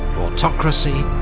autocracy,